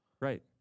Right